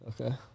Okay